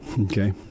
Okay